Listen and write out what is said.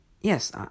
yes